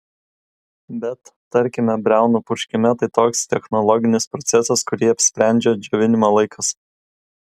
bet tarkime briaunų purškime tai toks technologinis procesas kurį apsprendžia džiovinimo laikas